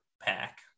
pack